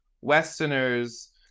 Westerners